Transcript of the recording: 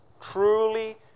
Truly